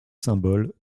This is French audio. symbole